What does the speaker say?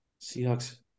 Seahawks